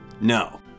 No